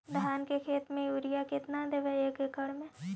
धान के खेत में युरिया केतना देबै एक एकड़ में?